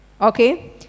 okay